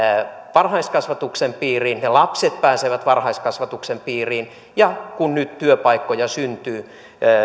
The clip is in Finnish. varhaiskasvatuksen piiriin ja lapset pääsevät varhaiskasvatuksen piiriin ja kun nyt työpaikkoja syntyy